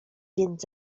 więc